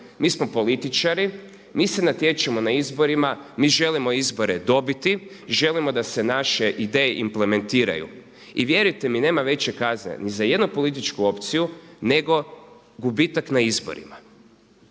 mi smo političari, mi se natječemo na izborima, mi želimo izbore dobiti, želimo da se naše ideje implementiraju. I vjerujte mi nema veće kazne ni za jednu političku opciju nego gubitak na izborima.